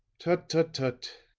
tut, tut, tut,